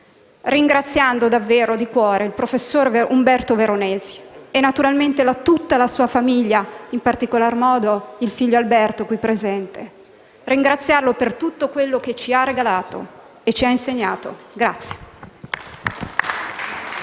ringraziando davvero di cuore il professor Umberto Veronesi e tutta la sua famiglia, in particolar modo il figlio Alberto qui presente. Vorrei ringraziarlo per tutto ciò che ci ha regalato e ci ha insegnato.